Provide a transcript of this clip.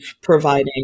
providing